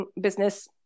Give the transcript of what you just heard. business